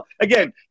Again